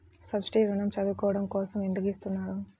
Subsidy ఋణం చదువుకోవడం కోసం ఎందుకు ఇస్తున్నారు?